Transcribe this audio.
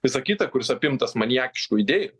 visa kita kuris apimtas maniakiškų idėjų